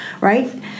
right